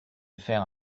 faire